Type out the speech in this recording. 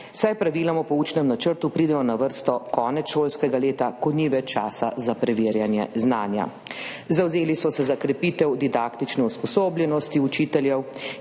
saj praviloma po učnem načrtu pridejo na vrsto konec šolskega leta, ko ni več časa za preverjanje znanja. Zavzeli so se za krepitev didaktične usposobljenosti učiteljev.